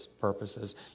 purposes